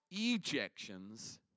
ejections